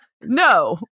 no